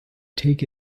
take